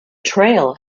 trail